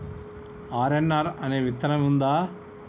RNR అనే విత్తనం ఉందా?